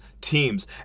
teams